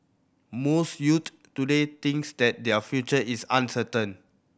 most youth today thinks that their future is uncertain